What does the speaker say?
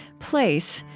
place.